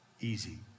easy